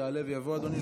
יעלה ויבוא אדוני,